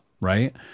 right